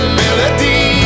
melody